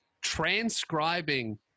transcribing